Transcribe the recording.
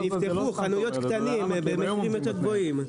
הם יפתחו חנויות קטנות במחירים יותר גבוהים.